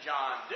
John